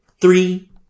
three